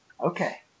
Okay